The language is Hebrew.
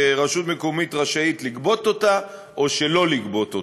רשות מקומית רשאית לגבות אותה או שלא לגבות אותה.